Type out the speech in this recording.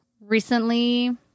recently